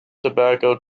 tobacco